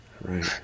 Right